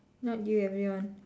not you everyone